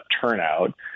turnout